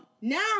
now